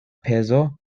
pezo